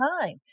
time